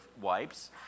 wipes